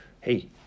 hey